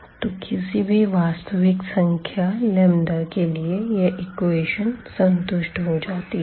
तो किसी भी वास्तविक संख्या लंबदा के लिए यह एक्वेशन संतुष्ट हो जाती है